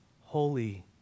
holy